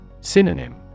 Synonym